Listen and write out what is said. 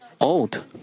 old